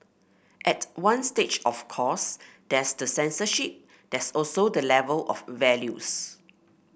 at one stage of course there's the censorship there's also the level of values